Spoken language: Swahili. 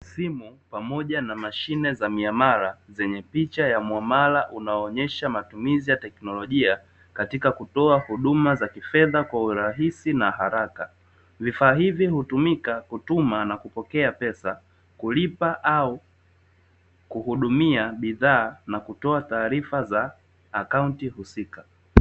Simu pamoja na mashine za miamala, zenye picha ya muamala unaoonyesha matumizi ya teknolojia katika kutoa huduma za kifedha kwa urahisi na haraka. Vifaa hivi hutumika kutuma na kupokea pesa, kulipa au kuhudumia bidhaa na kutoa taarifa za akaunti husika.